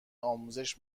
آموزش